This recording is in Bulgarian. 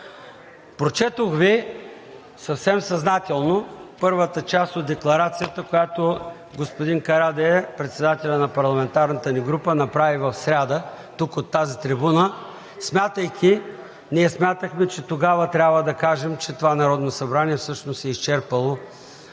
Прочетох Ви съвсем съзнателно първата част от декларацията, която господин Карадайъ – председателят на парламентарната ни група, направи в сряда тук от тази трибуна. Ние смятахме, че тогава трябва да кажем, че това Народно събрание всъщност е изчерпало